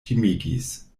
timigis